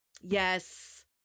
Yes